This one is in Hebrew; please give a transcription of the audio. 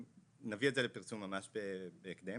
נביא את זה לפרסום ממש בהקדם.